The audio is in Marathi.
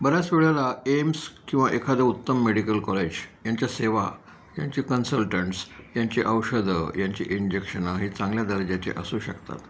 बऱ्याच वेळेला एम्स किंवा एखादं उत्तम मेडिकल कॉलेज यांच्या सेवा यांची कन्सल्टंट्स यांची औषधं यांची इंजेक्शनं हे चांगल्या दर्जाचे असू शकतात